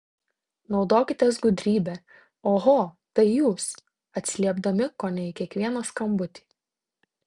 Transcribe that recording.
naudokitės gudrybe oho tai jūs atsiliepdami kone į kiekvieną skambutį